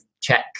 check